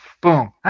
boom